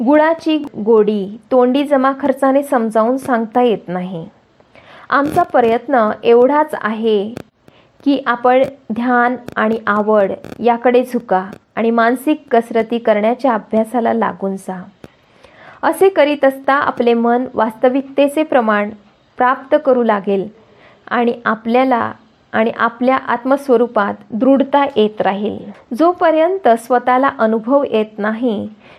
गुळाची गोडी तोंडी जमा खर्चाने समजावून सांगता येत नाही. आमचा प्रयत्न एवढाच आहे की आपण ध्यान आणि आवड याकडे झुका आणि मानसिक कसरती करण्याच्या अभ्यासाला लागून जा. असे करीत असता आपले मन वास्तविकतेचे प्रमाण प्राप्त करू लागेल आणि आपल्याला आणि आपल्या आत्मस्वरूपात दृढता येत राहील. जोपर्यंत स्वतःला अनुभव येत नाही,